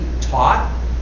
taught